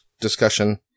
discussion